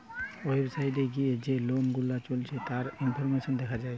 website এ গিয়ে যে লোন গুলা চলছে তার ইনফরমেশন দেখা যায়